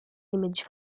image